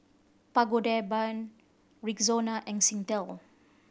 Pagoda Band Rexona and Singtel